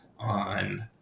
on